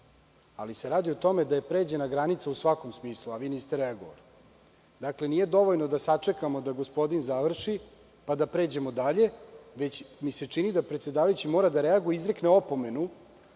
ali se radi o tome da je pređena granica u svakom smislu, a vi niste reagovali. Nije dovoljno da sačekamo da gospodin završi pa da pređemo dalje već mi se čini da predsedavajući mora da reaguje i izrekne opomenu